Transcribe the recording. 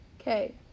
Okay